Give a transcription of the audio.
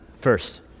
first